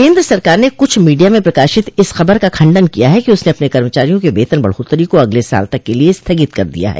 केंद्र सरकार ने कुछ मीडिया में प्रकाशित इस खबर का खंडन किया है कि उसने अपने कर्मचारियों के वेतन बढ़ातरी को अगले साल तक के लिए स्थगित कर दिया है